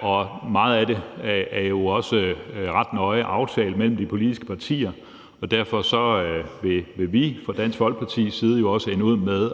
og meget af det er jo også ret nøje aftalt mellem de politiske partier. Derfor vil vi fra Dansk Folkepartis side også ende ud med